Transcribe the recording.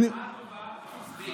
הצעה טובה, הצעה טובה.